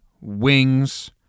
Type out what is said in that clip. wings